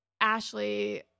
Ashley